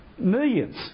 millions